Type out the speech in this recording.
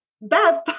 bad